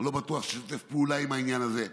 לא בטוח תשתף פעולה עם העניין הזה,